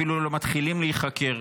אפילו לא מתחילים להיחקר,